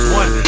one